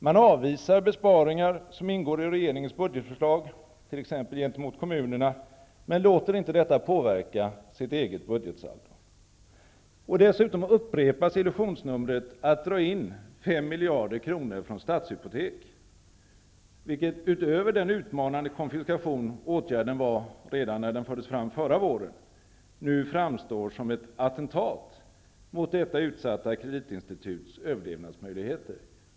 Man avvisar besparingar som ingår i regeringens budgetförslag, t.ex. gentemot kommunerna, men låter inte detta påverka sitt eget budgetsaldo. Dessutom upprepas illusionsnumret att dra in fem miljarder kronor från Stadshypotek, vilket -- utöver den utmanande konfiskation åtgärden var redan när den fördes fram förra våren -- nu framstår som ett attentat mot detta utsatta kreditinstituts överlevnadsmöjligheter.